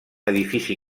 edifici